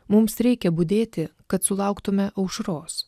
mums reikia budėti kad sulauktume aušros